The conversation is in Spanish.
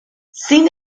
sin